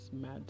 mad